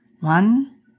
One